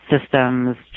systems